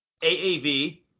AAV